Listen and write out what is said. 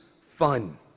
fun